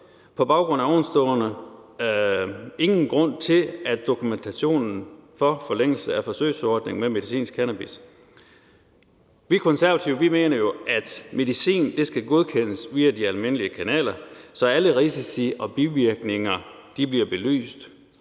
på baggrund af ovenstående, ingen grund til, eller dokumentation for, forlængelse af forsøgsordning med medicinsk cannabis.« Vi Konservative mener jo, at medicin skal godkendes via de almindelige kanaler, så alle risici og bivirkninger bliver belyst.